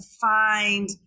find